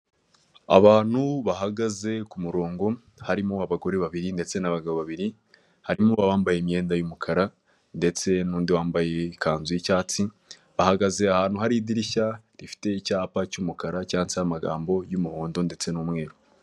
Abantu bahagaze kumurongo, harimo abagore babiri ndetse n'abagabo babiri, harimo ambaye imyenda y'umukara, ndetse nundi wambaye ikanzu y'icyatsi, bahagaze ahantu hari idirishya, rifite icyapa cyumukara cyatsiho amagambo y'umuhondo ndetse n'umweru.